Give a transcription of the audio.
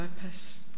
purpose